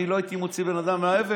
אני לא הייתי מוציא בן אדם מהאבל.